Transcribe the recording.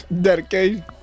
dedication